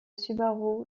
subaru